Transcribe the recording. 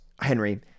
Henry